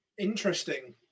Interesting